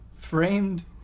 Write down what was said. framed